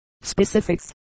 specifics